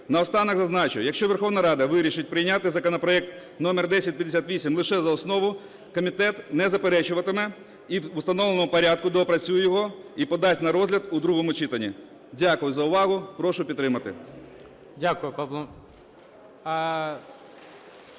На останок зазначу, якщо Верховна Рада вирішить прийняти законопроект № 1058 лише за основу, комітет не заперечуватиме і в установленому порядку доопрацює його і подасть на розгляд у другому читанні. Дякую за увагу. Прошу підтримати.